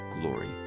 glory